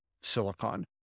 silicon